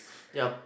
ya